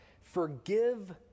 forgive